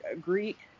Greek